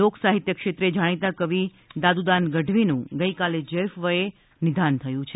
લોકસાહિત્ય ક્ષેત્રે જાણીતા કવિ દાદુદાન ગઢવીનું ગઈકાલે જૈફ વયે નિદાન થયું છે